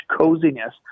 coziness